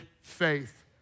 faith